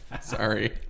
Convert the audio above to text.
Sorry